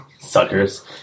Suckers